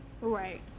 Right